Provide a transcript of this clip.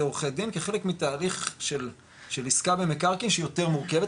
עורכי דין כחלק מתהליך של עיסקה במקרקעין שהיא יותר מורכבת,